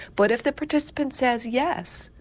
but if the participant says yes,